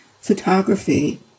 photography